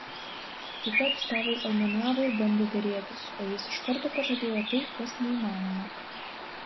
kiti atstovai aimanavo ir bandė derėtis o jis iš karto pažadėjo tai kas neįmanoma